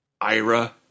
Ira